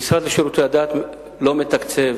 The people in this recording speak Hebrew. המשרד לשירותי הדת לא מתקצב